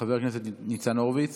חבר הכנסת ניצן הורוביץ